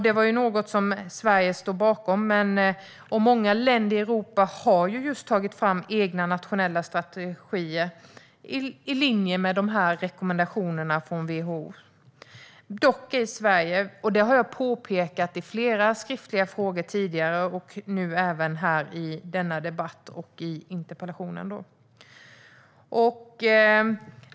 Det var något som Sverige stod bakom, och många länder i Europa har tagit fram egna nationella strategier i linje med rekommendationerna från WHO - dock ej Sverige, och det har jag påpekat i flera skriftliga frågor, i interpellationen och nu även här i denna debatt.